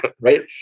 right